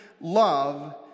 love